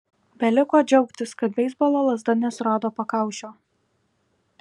beliko džiaugtis kad beisbolo lazda nesurado pakaušio